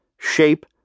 shape